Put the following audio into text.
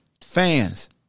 Fans